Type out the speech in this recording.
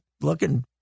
looking